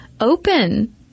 open